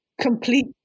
complete